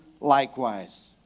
likewise